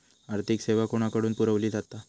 आर्थिक सेवा कोणाकडन पुरविली जाता?